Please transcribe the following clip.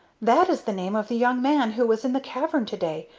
that is the name of the young man who was in the cavern to-day,